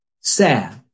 sad